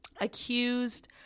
accused